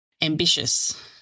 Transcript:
Ambitious